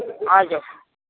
हजुर